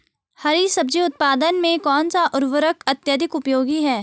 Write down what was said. हरी सब्जी उत्पादन में कौन सा उर्वरक अत्यधिक उपयोगी है?